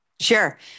Sure